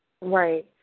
Right